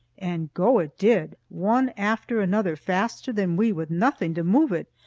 and go it did, one after another, faster than we, with nothing to move it.